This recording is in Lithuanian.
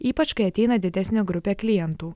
ypač kai ateina didesnė grupė klientų